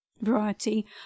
variety